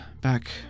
back